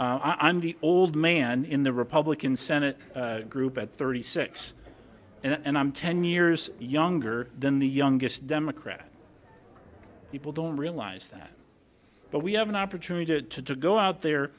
bench i'm the old man in the republican senate group at thirty six and i'm ten years younger than the youngest democrat people don't realize that but we have an opportunity to go out there